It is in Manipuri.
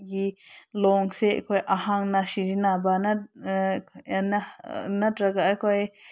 ꯒꯤ ꯂꯣꯟꯁꯦ ꯑꯩꯈꯣꯏ ꯑꯍꯟꯅ ꯁꯤꯖꯤꯟꯅꯕ ꯅꯠꯇ꯭ꯔꯒ ꯑꯩꯈꯣꯏ